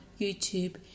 YouTube